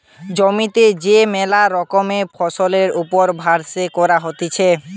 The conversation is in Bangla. জমিতে যে মেলা রকমের ফসলের ওপর সার্ভে করা হতিছে